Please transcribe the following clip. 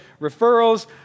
referrals